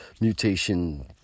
mutation